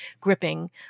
gripping